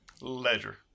Ledger